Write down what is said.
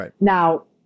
Now